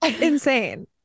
Insane